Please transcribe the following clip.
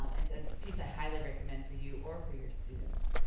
it's a piece i highly recommend for you or for your students.